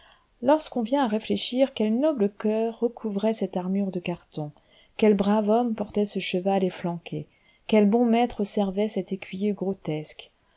lorsqu'on vient à réfléchir quel noble coeur recouvrait cette armure de carton quel brave homme portait ce cheval efflanqué quel bon maître servait cet écuyer grotesque